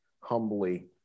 humbly